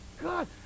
God